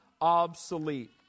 obsolete